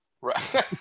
Right